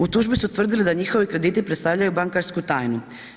U tužbi su utvrdili da njihovi krediti predstavljaju bankarsku tajnu.